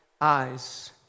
eyes